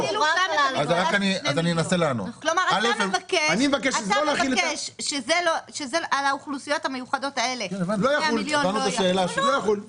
אתה מבקש שעל האוכלוסיות המיוחדות האלה שני מיליון לא יחול,